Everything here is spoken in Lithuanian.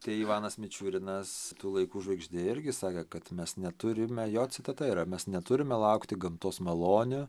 tai ivanas mičiurinas tų laikų žvaigždė irgi sakė kad mes neturime jo citata yra mes neturime laukti gamtos malonių